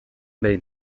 behin